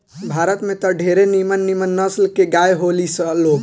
भारत में त ढेरे निमन निमन नसल के गाय होखे ली लोग